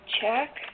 Check